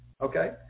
okay